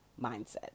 Mindset